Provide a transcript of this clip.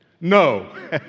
No